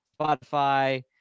Spotify